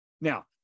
Now